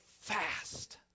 fast